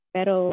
Pero